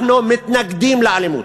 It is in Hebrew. אנחנו מתנגדים לאלימות.